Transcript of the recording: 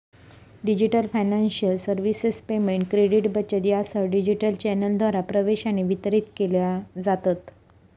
digital financial services payment, credit, बचत यासह digital चॅनेलद्वारा प्रवेश आणि वितरित केल्या जातत